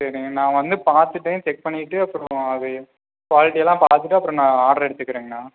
சரிங்க நான் வந்து பார்த்துட்டு செக் பண்ணிகிட்டு அப்புறம் அது குவாலிட்டியலாம் அப்புறம் நான் ஆர்டர் எடுத்துக்கிறேங்க அண்ணா